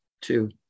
Two